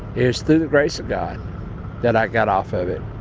it's through the grace of god that i got off of it.